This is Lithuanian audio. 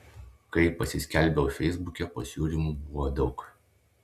kai pasiskelbiau feisbuke pasiūlymų buvo daug